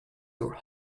your